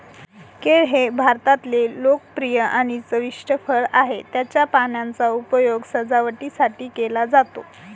केळ हे भारतातले लोकप्रिय आणि चविष्ट फळ आहे, त्याच्या पानांचा उपयोग सजावटीसाठी केला जातो